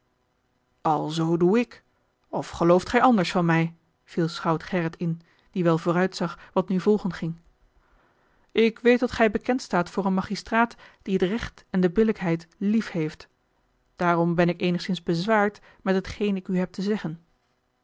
alzoo doe ik of gelooft gij anders van mij viel schout gerrit in die wel vooruitzag wat nu volgen ging ik weet dat gij bekend staat voor een magistraat die het recht en de billijkheid lief heeft daarom ben ik eenigszins bezwaard met hetgeen ik u heb te zeggen